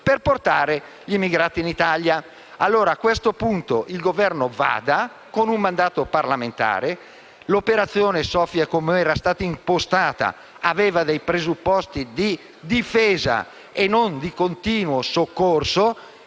per portare gli emigranti in Italia. A questo punto, il Governo abbia un mandato parlamentare: l'operazione Sophia, per come era stata impostata, si fondava su presupposti di difesa e non di continuo soccorso: